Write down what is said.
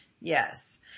yes